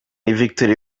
victory